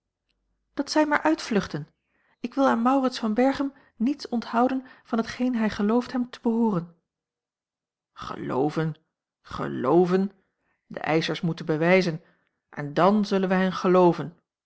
dat zijn maar uitvluchten ik wil aan maurits van berchem niets onthouden van hetgeen hij gelooft hem te behooren gelooven gelooven de eischers moeten bewijzen en dàn zullen wij hen gelooven